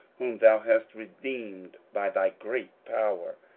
whom thou hast redeemed by thy great power,